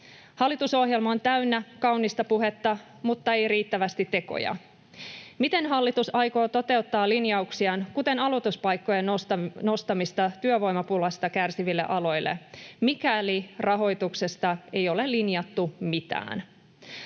Hallitusohjelma on täynnä kaunista puhetta, mutta ei riittävästi tekoja. Miten hallitus aikoo toteuttaa linjauksiaan, kuten aloituspaikkojen nostamisen työvoimapulasta kärsiville aloille, mikäli rahoituksesta ei ole linjattu mitään?